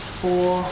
four